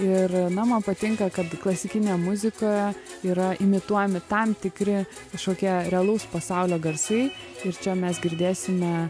ir na man patinka kad klasikinėje muzikoje yra imituojami tam tikri kažkokie realaus pasaulio garsai ir čia mes girdėsime